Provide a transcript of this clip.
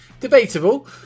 Debatable